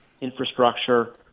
infrastructure